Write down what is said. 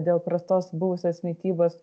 dėl prastos buvusios mitybos